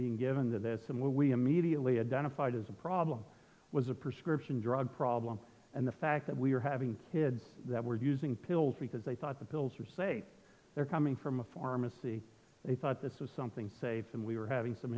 being given to this and what we immediately identified as a problem was a prescription drug problem and the fact that we're having kids that were using pills because they thought the pills were safe they're coming from a pharmacy they thought this was something safe and we were having some